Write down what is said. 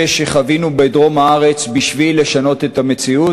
שחווינו בדרום הארץ בשביל לשנות את המציאות.